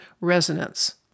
resonance